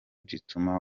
gituma